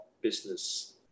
business